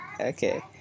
okay